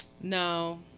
No